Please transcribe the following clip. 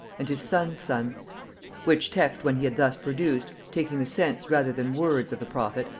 and his son's son which text when he had thus produced, taking the sense rather than words of the prophet,